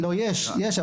לא, יש קב״ס.